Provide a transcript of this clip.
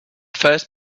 first